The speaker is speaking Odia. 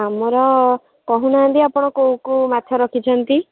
ଆମର କହୁନାହାନ୍ତି ଆପଣ କେଉଁ କେଉଁ ମାଛ ରଖିଛନ୍ତି